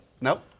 Nope